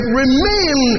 remain